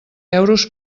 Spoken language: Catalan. euros